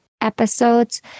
episodes